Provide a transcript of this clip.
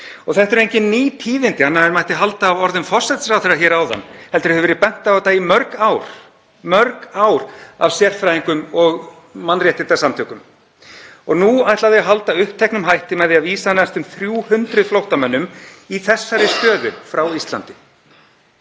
Þetta eru engin ný tíðindi, annað en mætti halda af orðum forsætisráðherra hér áðan, heldur hefur verið bent á þetta í mörg ár af sérfræðingum og mannréttindasamtökum. Nú ætla þau að halda uppteknum hætti með því að vísa næstum 300 flóttamönnum í þessari stöðu frá Íslandi.